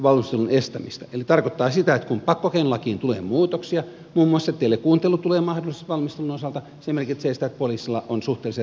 eli se tarkoittaa sitä että kun pakkokeinolakiin tulee muutoksia muun muassa telekuuntelu tulee mahdolliseksi valmistelun osalta niin poliisilla on suhteellisen tehokkaat keinot